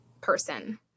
person